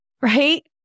right